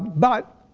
but,